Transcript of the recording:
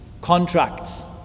contracts